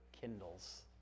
kindles